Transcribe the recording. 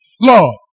Lord